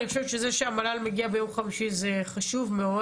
אני חושבת שזה שהמל"ל מגיע ביום חמישי זה חשוב מאוד.